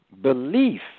belief